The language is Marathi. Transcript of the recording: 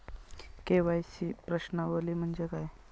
के.वाय.सी प्रश्नावली म्हणजे काय?